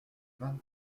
vingt